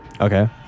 Okay